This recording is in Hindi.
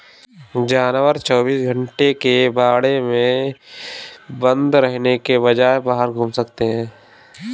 जानवर चौबीस घंटे एक बाड़े में बंद रहने के बजाय बाहर घूम सकते है